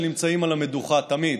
שנמצאים על המדוכה תמיד: